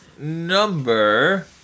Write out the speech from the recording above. Number